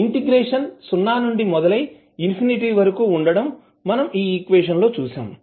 integration సున్నా నుండి మొదలై ఇన్ఫినిటీ వరకు ఉండటం మనం ఈక్వేషన్ లో చూసాం